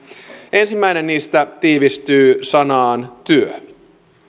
ensimmäinen niistä tiivistyy sanaan työ